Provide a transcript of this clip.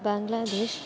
Bangladesh